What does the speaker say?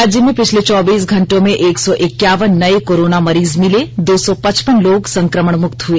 राज्य में पिछले चौबीस घंटों में एक सौ इक्यवान नये कोरोना मरीज मिले दो सौ पचपन लोग संक्रमण मुक्त हुए